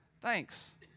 thanks